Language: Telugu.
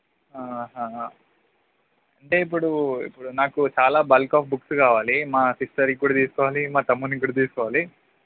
అంటే ఇప్పుడు ఇప్పుడు నాకు చాలా బల్క్ ఆఫ్ బుక్స్ కావాలి మా సిస్టర్కి కూడా తీసుకోవాలి మా తమ్మునికి కూడా తీసుకోవాలి